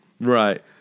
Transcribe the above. Right